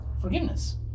Forgiveness